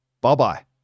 bye-bye